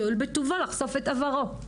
שיואיל בטובו לחשוף את עברו.